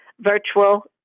virtual